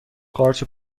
قارچ